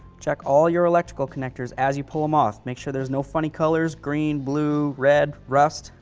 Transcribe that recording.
check all your electrical connectors as you pull them off, make sure there's no funny colors, green, blue, red, rust,